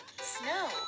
Snow